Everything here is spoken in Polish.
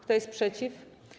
Kto jest przeciw?